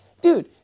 dude